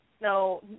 no